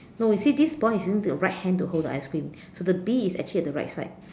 no you see this boy is using the right hand to hold the ice cream so the bee is actually at the right side